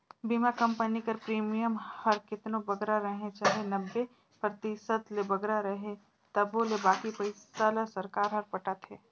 बीमा कंपनी कर प्रीमियम हर केतनो बगरा रहें चाहे नब्बे परतिसत ले बगरा रहे तबो ले बाकी पइसा ल सरकार हर पटाथे